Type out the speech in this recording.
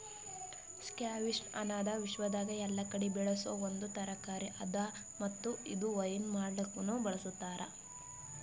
squash ಅನದ್ ವಿಶ್ವದಾಗ್ ಎಲ್ಲಾ ಕಡಿ ಬೆಳಸೋ ಒಂದ್ ತರಕಾರಿ ಅದಾ ಮತ್ತ ಇದು ವೈನ್ ಮಾಡ್ಲುಕನು ಬಳ್ಸತಾರ್